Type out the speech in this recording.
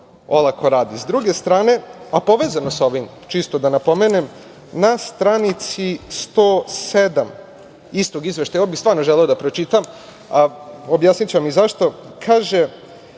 druge strane, a povezano sa ovim, čisto da napomenem, na 107. stranici istog izveštaja, ovo bih stvarno želeo da pročitam, objasniću vam i zašto, kaže: